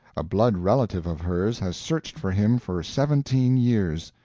a blood-relative of hers has searched for him for seventeen years.